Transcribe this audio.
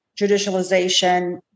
judicialization